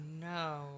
no